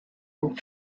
and